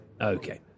Okay